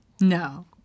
No